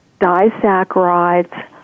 disaccharides